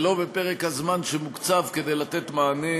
ולא בפרק הזמן שמוקצב כדי לתת מענה